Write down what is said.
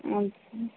আচ্ছা